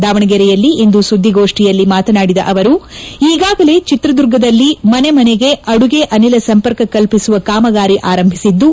ದಾವಣಗೆರೆಯಲ್ಲಿಂದು ಸುದ್ಲಿಗೋಷ್ನಿಯಲ್ಲಿ ಮಾತನಾಡಿದ ಅವರು ಈಗಾಗಲೇ ಚಿತ್ರದುರ್ಗದಲ್ಲಿ ಮನೆ ಮನೆಗೆ ಅಡುಗೆ ಅನಿಲ ಸಂಪರ್ಕ ಕಲ್ಪಿಸುವ ಕಾಮಗಾರಿ ಆರಂಭಿಸಿದ್ದು